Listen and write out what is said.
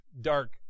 dark